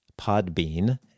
Podbean